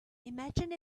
imagine